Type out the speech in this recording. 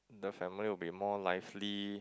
the family will be more lively